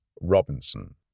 Robinson